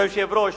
כבוד היושב-ראש,